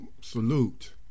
salute